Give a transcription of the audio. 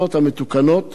בכל אירופה.